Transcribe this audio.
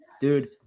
Dude